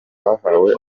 bahawe